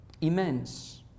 immense